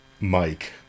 Mike